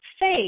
faith